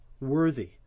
worthy